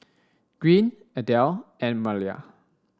Green Adel and Malia